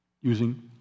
using